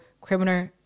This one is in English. criminal